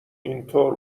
اینطور